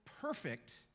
perfect